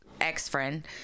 ex-friend